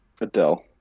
Adele